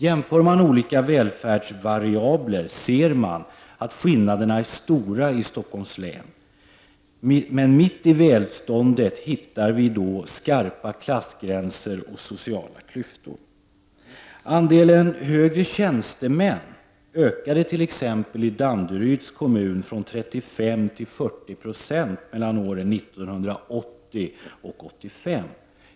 Jämför man olika välfärdsvariabler ser man att skillnaderna är stora inom Stockholms län. Mitt i välståndet hittar vi skarpa klassgränser och sociala klyftor. Andelen högre tjänstemän ökade t.ex. i Danderyds kommun från 35 till 40 26 mellan 1985 och 1988.